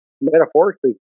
metaphorically